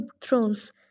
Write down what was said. Thrones